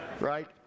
Right